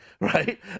right